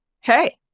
hey